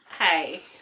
Hey